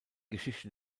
geschichte